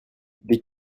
dès